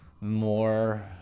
more